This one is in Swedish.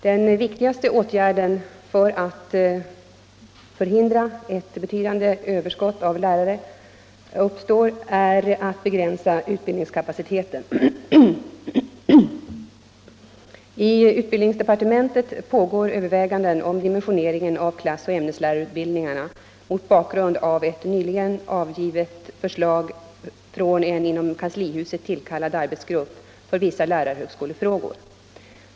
Den viktigaste åtgärden för att förhindra att ett betydande överskott av lärare uppstår är att begränsa utbildningskapaciteten. I utbildningsdepartementet pågår överväganden om dimensioneringen av klassoch ämneslärarutbildningarna mot bakgrund av ett nyligen avgivet förslag från en inom kanslihuset tillkallad arbetsgrupp för vissa lärarhögskolefrågor.